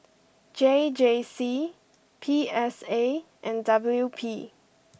J J C P S A and W P